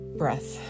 breath